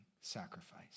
sacrifice